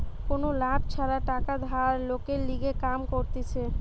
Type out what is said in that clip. কোনো লাভ ছাড়া টাকা ধার লোকের লিগে কাম করতিছে